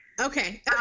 Okay